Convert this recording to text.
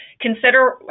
consider